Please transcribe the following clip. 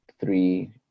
three